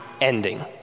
ending